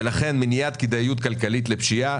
לכן, הדרך היא במניעת היעילות הכלכלית בפשיעה.